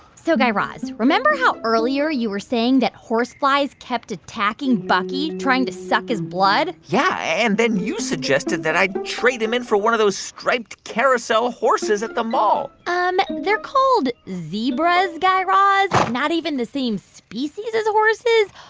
so, guy raz, remember how, earlier, you were saying that horseflies kept attacking bucky, trying to suck his blood? yeah. and then you suggested that i trade him in for one of those striped carousel horses at the mall um they're called zebras, guy raz. not even the same species as horses.